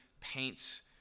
paints